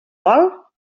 vol